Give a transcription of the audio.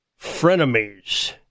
Frenemies